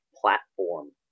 platform